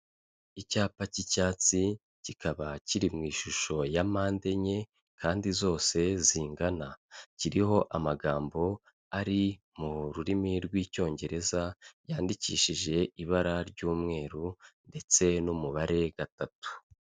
Icyapa cy'icyatsi kikaba kiri mu ishusho ya mpande enye kandi zose zingana, kiriho amagambo ari mu rurimi rw'icyongereza yandikishije ibara ry'umweru ndetse n'umubare gatatu.